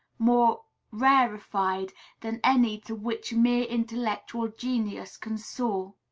more rarefied than any to which mere intellectual genius can soar.